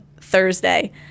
Thursday